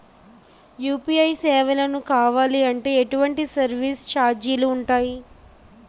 UPI సేవలను కావాలి అంటే ఎటువంటి సర్విస్ ఛార్జీలు ఉంటాయి?